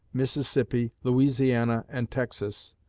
mississippi, louisiana and texas,